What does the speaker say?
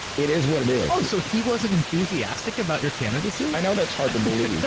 it is what it is. oh, so he wasn't enthusiastic about your candidacy? i know that's hard to believe.